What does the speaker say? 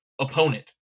opponent